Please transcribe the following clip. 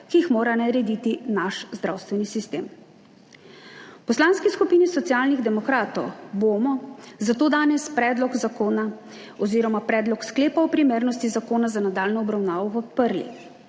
ki jih mora narediti naš zdravstveni sistem. V Poslanski skupini Socialnih demokratov bomo zato danes predlog zakona oziroma predlog sklepa o primernosti zakona za nadaljnjo obravnavo podprli.